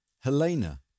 Helena